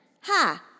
Ha